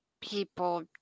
people